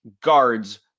guards